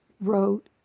wrote